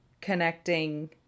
connecting